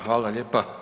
Hvala lijepa.